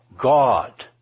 God